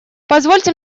позвольте